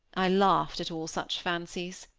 i laughed at all such fancies.